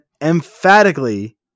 emphatically